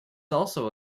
also